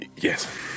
Yes